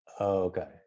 Okay